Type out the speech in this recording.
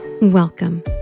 Welcome